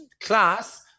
class